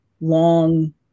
long